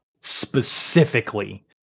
specifically